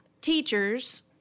teachers